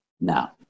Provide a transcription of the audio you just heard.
Now